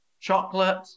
chocolate